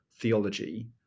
theology